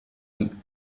ein